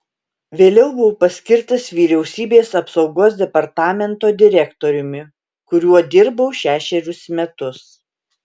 vėliau buvau paskirtas vyriausybės apsaugos departamento direktoriumi kuriuo dirbau šešerius metus